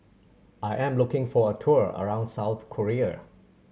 I am looking for a tour around South Korea